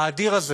האדיר הזה,